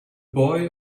boy